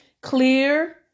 Clear